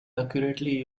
accurately